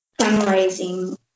fundraising